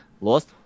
lost